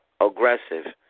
aggressive